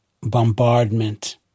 bombardment